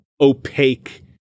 opaque